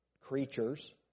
creatures